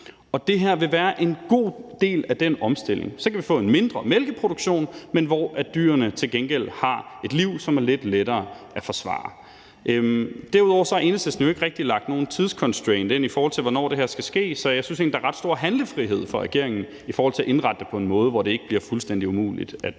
Og det her vil være en god del af den omstilling. Så kan vi få en mindre mælkeproduktion, men hvor dyrene til gengæld har et liv, som er lidt lettere at forsvare. Derudover har Enhedslisten jo ikke rigtig lagt nogen tidsfrist ind, i forhold til hvornår det her skal ske, så jeg synes egentlig, der er ret stor handlefrihed for regeringen i forhold til at indrette det på en måde, hvor det ikke bliver fuldstændig umuligt at